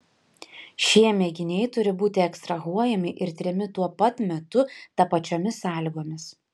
šie mėginiai turi būti ekstrahuojami ir tiriami tuo pat metu tapačiomis sąlygomis